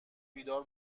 بیدار